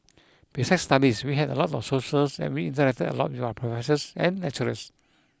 besides studies we had a lot of socials and we interacted a lot with our professors and lecturers